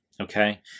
Okay